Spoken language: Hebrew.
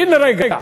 בן-רגע.